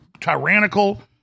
tyrannical